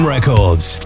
Records